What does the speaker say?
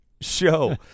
show